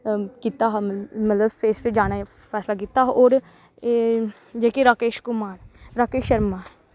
कीता हा मतलब स्पेस बिच्च जाने ई फैसला कीता हा होर जेह्के राकेश कुमार राकेश शर्मा